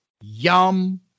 Yum